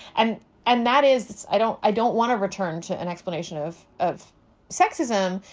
and and that is i don't i don't want to return to an explanation of of sexism.